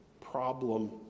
problem